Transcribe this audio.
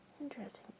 Interesting